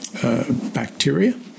Bacteria